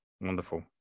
wonderful